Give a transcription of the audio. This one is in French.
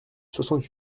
soixante